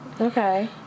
Okay